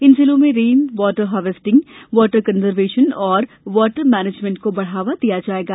इन जिलो में rain water harvesting water conservation और वाटर मैनेजमेंट को बढ़ावा दिया जाएगा